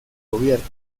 gobierno